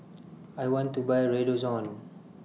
I want to Buy Redoxon